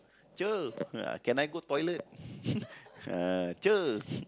Cher uh can I go toilet uh Cher